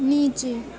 نیچے